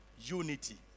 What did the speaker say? Unity